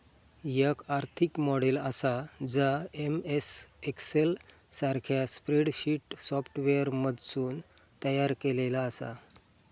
याक आर्थिक मॉडेल आसा जा एम.एस एक्सेल सारख्या स्प्रेडशीट सॉफ्टवेअरमधसून तयार केलेला आसा